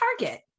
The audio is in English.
Target